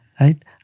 right